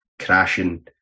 crashing